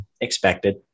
expected